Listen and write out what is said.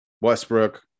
Westbrook